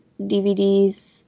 DVDs